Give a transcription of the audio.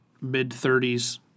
mid-30s